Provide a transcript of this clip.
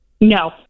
No